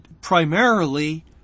primarily